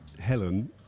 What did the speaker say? Helen